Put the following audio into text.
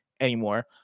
anymore